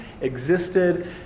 existed